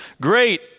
great